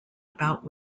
about